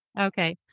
Okay